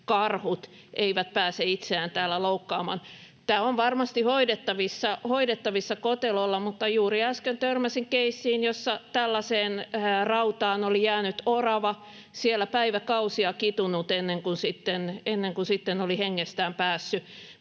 eivät pääse itseään loukkaamaan. Tämä on varmasti hoidettavissa kotelolla, mutta juuri äsken törmäsin keissiin, jossa tällaiseen rautaan oli jäänyt orava ja siellä päiväkausia kitunut ennen kuin sitten oli hengestään päässyt.